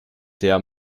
der